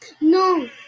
No